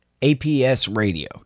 APSradio